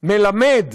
מלמד,